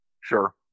Sure